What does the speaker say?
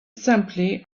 simply